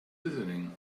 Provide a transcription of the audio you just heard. listening